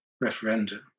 referendum